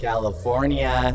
California